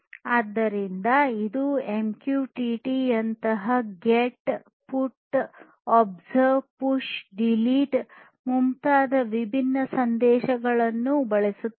ಆದ್ದರಿಂದ ಇದು ಎಂಕ್ಯೂಟಿಟಿ ಯಂತಹ get put observe push delete ಮುಂತಾದ ವಿಭಿನ್ನ ಸಂದೇಶಗಳನ್ನು ಬಳಸುತ್ತದೆ